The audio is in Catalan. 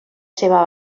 seva